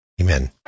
Amen